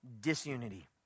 disunity